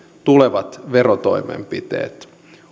tulevat verotoimenpiteet